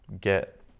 get